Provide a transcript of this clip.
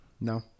No